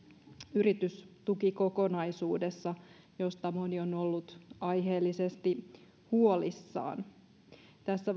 yritystukikokonaisuudessa josta moni on ollut aiheellisesti huolissaan tässä